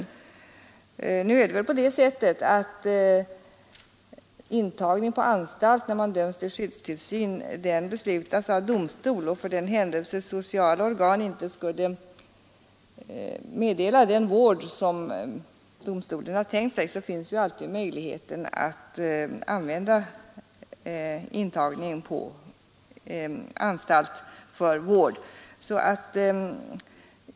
Nu är det ju så att intagning på anstalt, när man döms till skyddstillsyn, beslutas av domstol. För den händelse sociala organ inte skulle meddela den vård som domstolen har föreskrivit, så finns alltid möjlighet att använda intagningen på anstalt för vård.